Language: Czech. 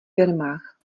firmách